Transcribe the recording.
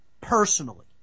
personally